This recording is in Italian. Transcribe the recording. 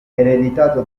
ereditato